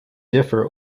differ